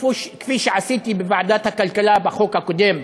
כפי שעשיתי בוועדת הכלכלה בחוק הקודם,